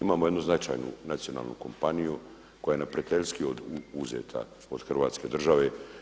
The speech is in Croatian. Imamo jednu značajnu nacionalnu kompaniju koja je neprijateljski uzeta od Hrvatske države.